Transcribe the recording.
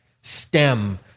stem